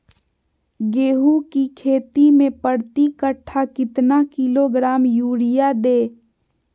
गेंहू की खेती में प्रति कट्ठा कितना किलोग्राम युरिया दे?